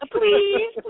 please